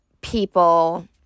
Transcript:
people